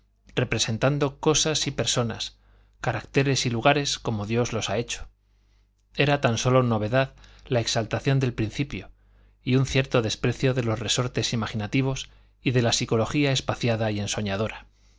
representando cosas y personas caracteres y lugares como dios los ha hecho era tan sólo novedad la exaltación del principio y un cierto desprecio de los resortes imaginativos y de la psicología espaciada y ensoñadora